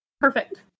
perfect